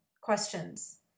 questions